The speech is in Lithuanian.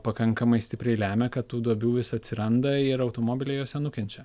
pakankamai stipriai lemia kad tų duobių vis atsiranda ir automobiliai jose nukenčia